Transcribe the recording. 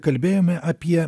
nekalbėjome apie